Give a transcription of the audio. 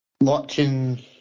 Watching